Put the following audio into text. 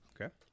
Okay